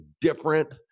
different